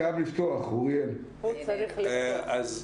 חייבים לחשוב במונחים של כל רוחב המגזר העסקי,